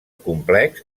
complex